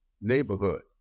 neighborhood